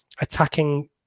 attacking